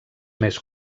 més